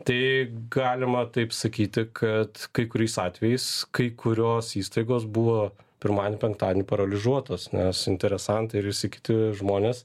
tai galima taip sakyti kad kai kuriais atvejais kai kurios įstaigos buvo pirmadienį penktadienį paralyžiuotos nes interesantai ir visi kiti žmonės